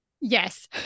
Yes